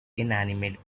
inanimate